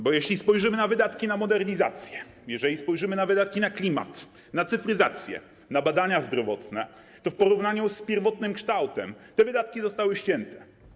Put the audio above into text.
Bo jeśli spojrzymy na wydatki na modernizację, jeżeli spojrzymy na wydatki na klimat, na cyfryzację, na badania zdrowotne, to w porównaniu z pierwotnym kształtem te wydatki zostały ścięte.